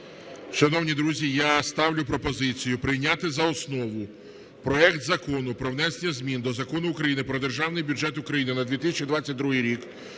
Шановні друзі, я ставлю пропозицію прийняти за основу проект Закону про внесення змін до Закону України "Про Державний бюджет України на 2022 рік"